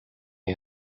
you